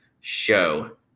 show